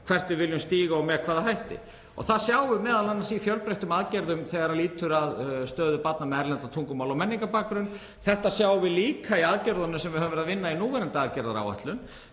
hvert við viljum stíga og með hvaða hætti. Það sjáum við m.a. í fjölbreyttum aðgerðum þegar kemur að stöðu barna með erlend tungumál og menningarbakgrunn. Þetta sjáum við líka í aðgerðunum sem við höfum verið að vinna að í núverandi aðgerðaáætlun.